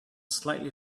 slightly